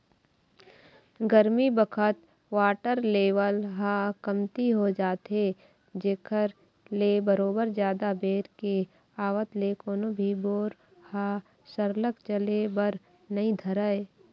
गरमी बखत water level ह कमती हो जाथे जेखर ले बरोबर जादा बेर के आवत ले कोनो भी बोर ह सरलग चले बर नइ धरय